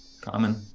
common